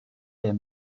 der